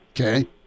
okay